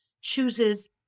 chooses